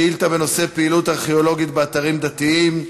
שאילתה בנושא: פעילות ארכיאולוגית באתרים דתיים,